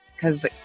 Cause